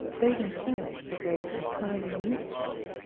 they themselves have raised entirely new issues.